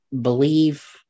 believe